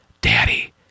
Daddy